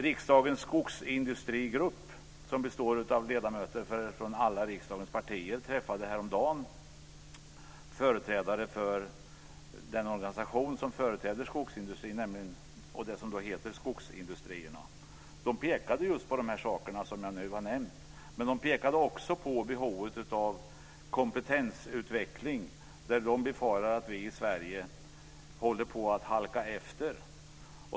Riksdagens skogsindustrigrupp, som består av ledamöter från alla riksdagens partier, träffade häromdagen företrädare för den organisation som företräder skogsindustrin. Den heter Skogsindustrierna. De pekade just på de saker som jag nu har nämnt. Men de pekade också på behovet att kompetensutveckling, där de befarar att vi i Sverige håller på att halka efter.